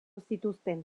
zituzten